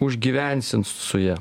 užgyvensim su ja